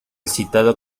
citado